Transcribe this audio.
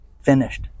finished